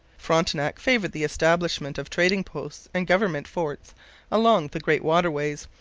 frontenac favoured the establishment of trading-posts and government forts along the great waterways,